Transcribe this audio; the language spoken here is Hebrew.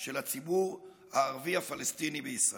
של הציבור הערבי הפלסטיני בישראל,